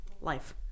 life